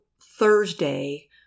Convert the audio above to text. Thursday